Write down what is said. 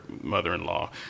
mother-in-law